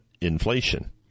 inflation